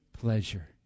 pleasure